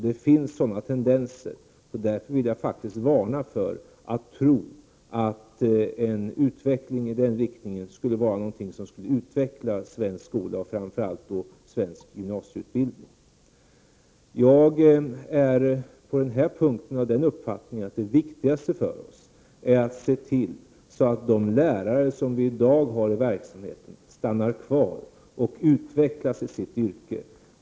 Det finns tendenser till en sådan, och jag vill därför varna för att tro att en utveckling i den riktningen skulle vara något som skulle utveckla svensk skola, och då framför allt svensk gymnasieutbildning. På den här punkten är jag av den uppfattningen att det viktigaste är att se till att de lärare som vi i dag har i verksamheten stannar kvar och utvecklas i sitt yrke.